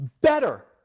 better